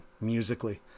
musically